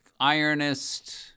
ironist